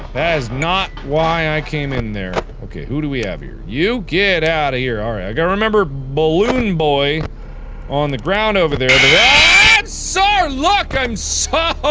that is not why i came in there okay who do we have here you get out of here all right like i remember balloon boy on the ground over there there so look i'm sorry